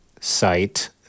site